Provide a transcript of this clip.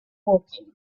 woking